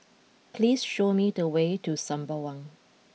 please show me the way to Sembawang